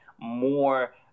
more